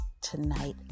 tonight